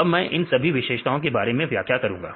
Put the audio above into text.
अब मैं इन सभी विशेषताओं के बारे में व्याख्या करूंगा